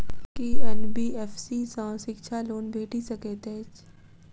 की NBFC सँ शिक्षा loan भेटि सकैत अछि?